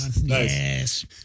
yes